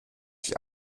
sich